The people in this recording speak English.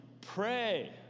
Pray